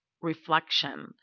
reflection